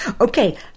Okay